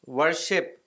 worship